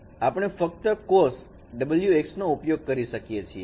તેથી આપણે ફક્ત cos નો ઉપયોગ કરી શકીએ છીએ